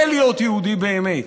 זה להיות יהודי באמת.